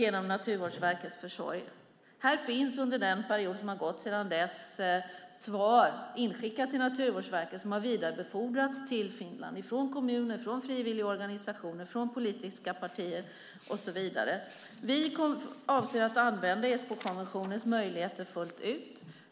Under perioden sedan dess har svar kommit från kommuner, frivilligorganisationer, politiska partier och så vidare till Naturvårdsverket och vidarebefordrats till Finland. Vi avser att använda Esbokonventionens möjligheter fullt ut.